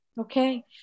Okay